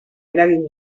eragin